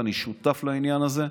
ואני שותף לעניין הזה,